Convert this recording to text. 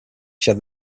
had